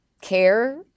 care